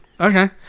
Okay